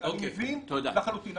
אני מבין לחלוטין.